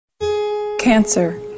Cancer